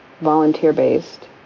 volunteer-based